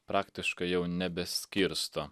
praktiškai jau nebeskirsto